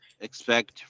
expect